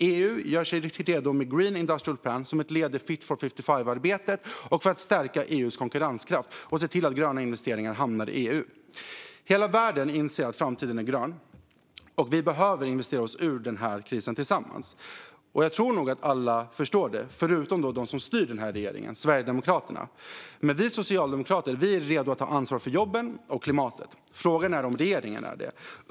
EU gör sig redo med green industrial plan, som ett led i Fit for 55-arbetet och för att stärka EU:s konkurrenskraft och se till att gröna investeringar hamnar i EU. Hela världen inser att framtiden är grön. Och vi behöver investera oss ur denna kris tillsammans. Jag tror nog att alla förstår det - förutom de som styr regeringen, nämligen Sverigedemokraterna. Vi socialdemokrater är redo att ta ansvar för jobben och klimatet. Frågan är om regeringen är det.